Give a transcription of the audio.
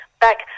back